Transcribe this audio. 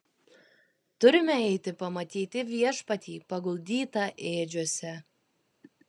turime eiti pamatyti viešpatį paguldytą ėdžiose